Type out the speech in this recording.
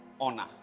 honor